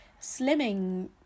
slimming